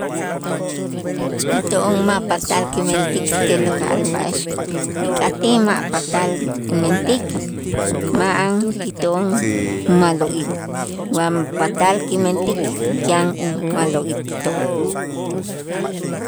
Into'on ma' patal kimentik tulakal b'a'ax kik'atij ma' patal inmentik ma'an kito'on ma'lo'il wa patal kimentik yan uma'lo'ik to'on.